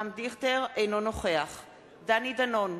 אינו נוכח דני דנון,